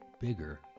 bigger